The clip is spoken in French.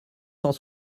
cent